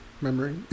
memory